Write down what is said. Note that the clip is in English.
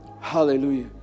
Hallelujah